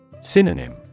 Synonym